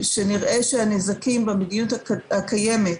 שנראה שהנזקים במדיניות הקיימת,